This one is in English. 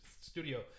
studio